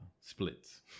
splits